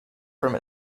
from